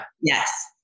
Yes